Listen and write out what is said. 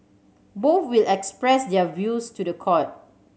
both will express their views to the court